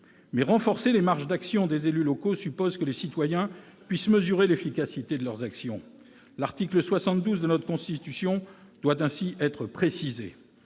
Mais renforcer les marges d'action des élus locaux suppose que les citoyens puissent mesurer l'efficacité de leurs actions. L'article 72 de notre Constitution doit ainsi être précisé.